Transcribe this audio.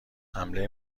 حمله